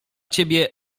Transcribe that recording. ciebie